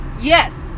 yes